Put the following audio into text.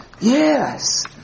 yes